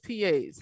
PAs